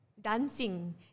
dancing